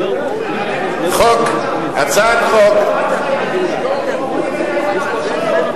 אותם חיילים שומרים על ההתנחלויות,